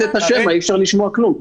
אי-אפשר לשמוע כלום.